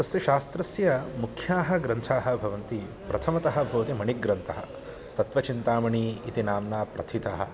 तस्य शास्त्रस्य मुख्याः ग्रन्थाः भवन्ति प्रथमतः भवति मणिग्रन्थः तत्त्वचिन्तामणी इति नाम्ना प्रथितः